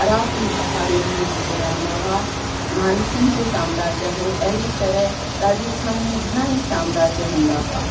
अरावली पहाड़ियुनि में जेको रहंदा हुआ मानसिंह जो साम्राज्य हुओ अहिड़ी तरह राजस्थान में घणा ई साम्राज्य हूंदा हुआ